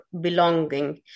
belonging